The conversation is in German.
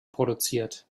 produziert